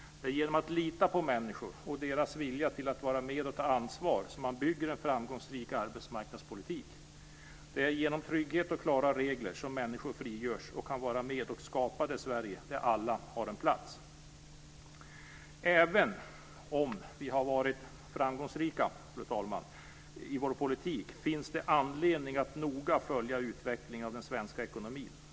Det är genom att lita på människor och deras vilja att vara med och ta ansvar som man bygger en framgångsrik arbetsmarknadspolitik. Det är genom trygghet och klara regler som människor frigörs och kan vara med och skapa det Sverige där alla har en plats. Även om vi har varit framgångsrika i vår politik, fru talman, finns det anledning att noga följa utvecklingen av den svenska ekonomin.